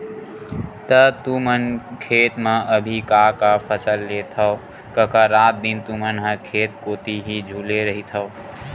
त तुमन खेत म अभी का का फसल लेथव कका रात दिन तुमन ह खेत कोती ही झुले रहिथव?